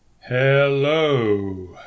Hello